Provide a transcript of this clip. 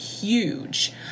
huge